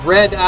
Red